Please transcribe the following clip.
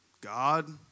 God